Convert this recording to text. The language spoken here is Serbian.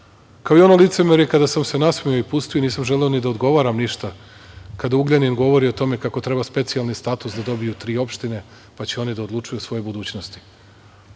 Kao i ono licemerje kada sam se nasmejao i pustio i nisam želeo ni da odgovaram ništa, kada Ugljanin govori o tome kako treba specijalni status da dobiju tri opštine, pa će oni da odlučuju o svojoj budućnosti.